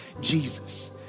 Jesus